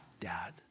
dad